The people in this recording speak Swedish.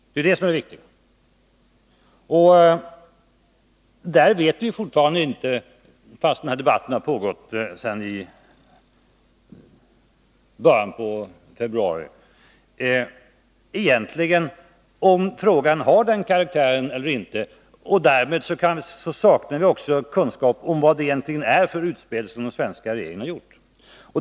Detta är det viktiga. Vi vet fortfarande inte — fastän debatten har pågått sedan början av februari — om frågan har denna karaktär eller inte, och därmed saknar vi också kunskap om vad det egentligen är för utspel som den svenska regeringen har gjort.